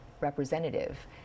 representative